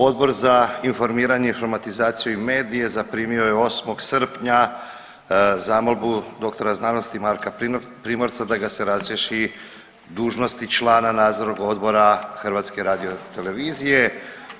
Odbor za informiranje, informatizaciju i medije zaprimio je 8. srpnja zamolbu dr.sc. Marka Primorca da ga se razriješi dužnosti člana Nadzornog odbora HRT-a.